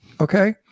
okay